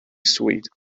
sweet